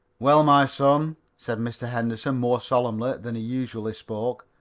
well, my son, said mr. henderson, more solemnly than he usually spoke,